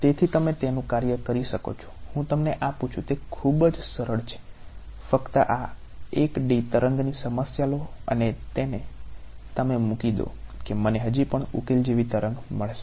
તેથી તમે તેનું કાર્ય કરી શકો છો હું તમને આપું છું તે ખૂબ જ સરળ છે ફક્ત આ 1D તરંગની સમસ્યા લો અને તેને તમે મૂકી દો કે મને હજી પણ ઉકેલ જેવી તરંગ મળશે